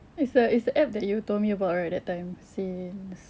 it's the it's the app that you told me about right that time since